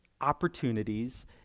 opportunities